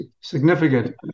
significant